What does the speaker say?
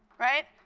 right?